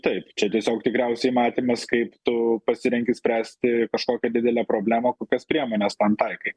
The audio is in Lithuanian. taip čia tiesiog tikriausiai matymas kaip tu pasirenki spręsti kažkokią didelę problemą kokias priemones tam taikai